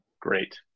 Great